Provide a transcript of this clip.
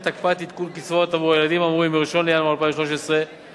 את הקפאת עדכון הקצבאות בעבור הילדים האמורים מ-1 בינואר 2013 עד